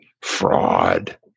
fraud